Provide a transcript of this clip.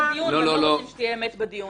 יש משמעות לאתוס